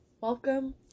Welcome